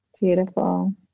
Beautiful